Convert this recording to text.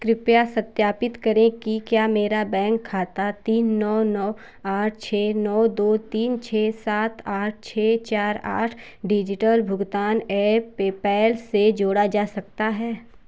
कृपया सत्यापित करें कि क्या मेरा बैंक खाता तीन नौ नौ आठ छः नौ दो तीन छे सात आठ छः चार आठ डिजिटल भुगतान ऐप पेपैल से जोड़ा जा सकता है